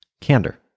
Candor